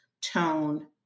tone